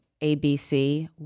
ABC